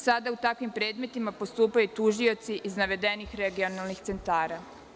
Sada u takvim predmetima postupaju tužioci iz navedenih regionalnih centara.